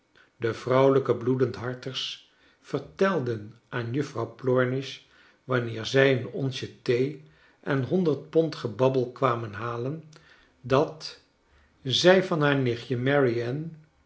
de vrouwelijke bloedende harters vertelden aan juffrouw plornish wanneer zij een onsje thee en honderd pond gebabbel kwamen halen dat zij van haar nichtje